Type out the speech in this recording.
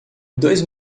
dois